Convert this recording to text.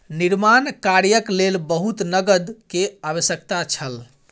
निर्माण कार्यक लेल बहुत नकद के आवश्यकता छल